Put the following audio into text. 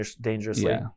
dangerously